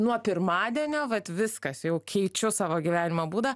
nuo pirmadienio vat viskas jau keičiu savo gyvenimo būdą